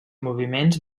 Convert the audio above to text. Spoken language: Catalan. moviments